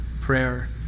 Prayer